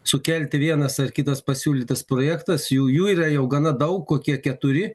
sukelti vienas ar kitas pasiūlytas projektas jų jų yra jau gana daug kokie keturi